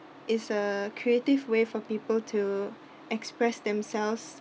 is a creative way for people to express themselves